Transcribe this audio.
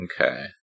Okay